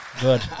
Good